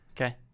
Okay